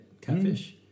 Catfish